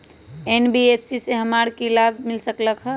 NBFC से हमार की की लाभ मिल सक?